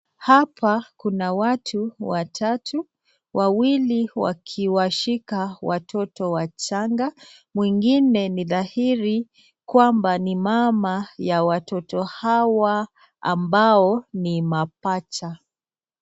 Haoa kuna watu watatu, wawili wakiwa wameshika watoto wachanga wengine, ni dharihi ya kwamba ni mama ya watoto hawa ambao ni mapacha.